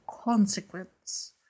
consequence